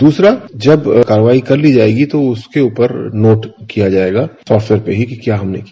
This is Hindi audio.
दूसरा जब कार्रवाई कर ली जायेगी तो उसके ऊपर नोट किया जायेगा और फिर यही क्या हमने किया